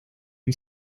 you